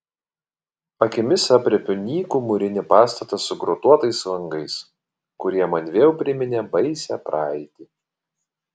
akimis aprėpiu nykų mūrinį pastatą su grotuotais langais kurie man vėl priminė baisią praeitį